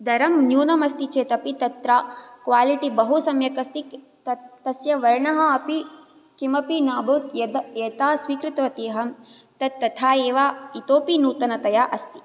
दरं न्यूनम् अस्ति चेत् अपि तत्र क्वालिटी बहु सम्यक् अस्ति तत् तस्य वर्णः अपि किमपि न अभूत् यद् यथा स्वीकृतवती अहं तत् तथैव इतोऽपि नूतनतया अस्ति